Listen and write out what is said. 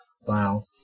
Wow